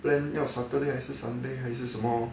plan 要 saturday 还是 sunday 还是是什么 lor